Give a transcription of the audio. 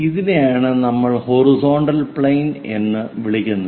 ഇതിനെയാണ് നമ്മൾ horizontal plane എന്ന് വിളിക്കുന്നത്